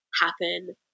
happen